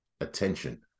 attention